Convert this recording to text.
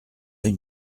une